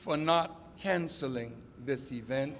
for not canceling this event